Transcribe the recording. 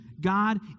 God